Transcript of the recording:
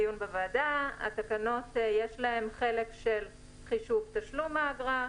לעניין: לתקנות יש חלק של חישוב תשלום האגרה,